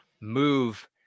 move